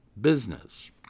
business